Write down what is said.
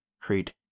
create